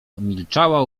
milczała